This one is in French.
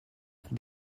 pour